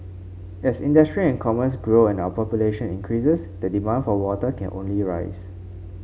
as industry and commerce grow and our population increases the demand for water can only rise